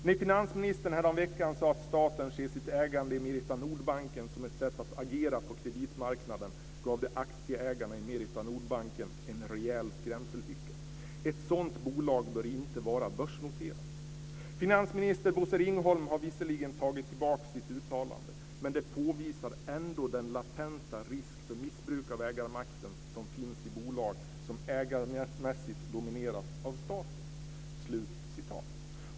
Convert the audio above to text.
När finansministern häromveckan sade att staten ser sitt ägande i Merita-Nordbanken som ett sätt att agera på kreditmarknaden, gav det aktieägarna i Merita-Nordbanken en rejäl skrämselhicka. Ett sådant bolag bör inte vara börsnoterat. Finansminister Bosse Ringholm har visserligen tagit tillbaka sitt uttalande, men det påvisar ändå den latenta risk för missbruk av ägarmakten som finns i bolag som ägarmässigt domineras av staten."